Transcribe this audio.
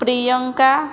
Priyanka